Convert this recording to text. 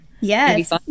Yes